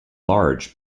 large